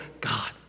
God